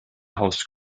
haus